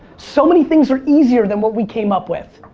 so many things are easier than what we came up with.